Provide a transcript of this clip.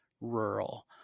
rural